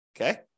Okay